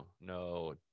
No